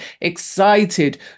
excited